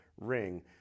ring